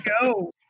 go